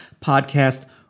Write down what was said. podcast